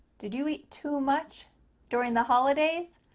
did you eat too much during the holidays?